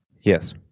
Yes